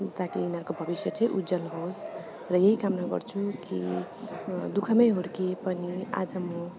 ता कि यिनीहरूको भविष्य चाहिँ उज्वल होस् र यही कामना गर्छु कि दुःखमा हुर्किए पनि आज म